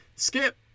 skip